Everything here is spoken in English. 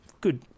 Good